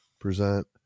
Present